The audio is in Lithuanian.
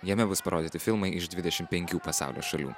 jame bus parodyti filmai iš dvidešimt penkių pasaulio šalių